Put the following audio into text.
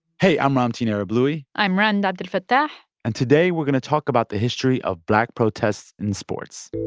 hey, i'm ramtin arablouei i'm rund abdelfatah and today we're going to talk about the history of black protests in sports